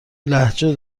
لهجه